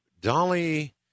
Dolly